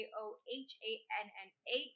Johanna